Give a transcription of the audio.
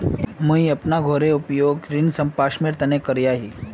मुई अपना घोरेर उपयोग ऋण संपार्श्विकेर रुपोत करिया ही